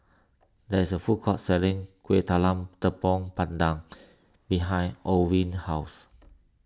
there is a food court selling Kueh Talam Tepong Pandan behind Orvin's house